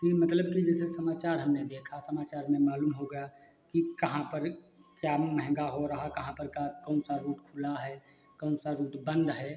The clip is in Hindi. कि मतलब कि जैसे समाचार हमने देखा समाचार में मालूम हो गया कि कहाँ पर क्या महंगा हो रहा कहाँ पर कौन सा रूट खुला है कौन सा रूट बंद है